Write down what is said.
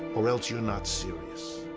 or else you're not serious.